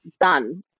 done